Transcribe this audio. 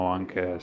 anche